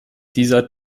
dieser